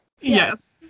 Yes